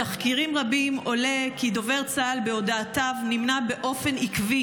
מתחקירים רבים עולה כי דובר צה"ל בהודעותיו נמנע באופן עקבי